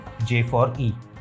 j4e